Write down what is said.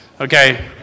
Okay